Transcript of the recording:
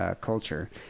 culture